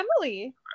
Emily